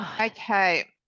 Okay